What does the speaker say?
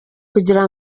kugira